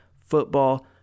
football